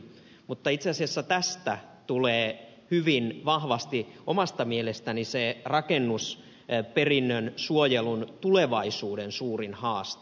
mutta itse asiassa tästä tulee hyvin vahvasti omasta mielestäni se rakennusperinnön suojelun tulevaisuuden suurin haaste